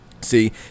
See